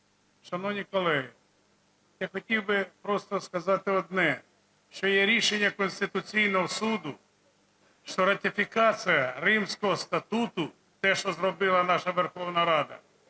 Шановні колеги, я хотів би просто сказати одне, що є рішення Конституційного Суду, що ратифікація Римського статуту, – те, що зробила наша Верховна Рада,